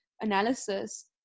analysis